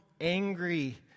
angry